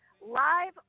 live